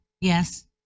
Yes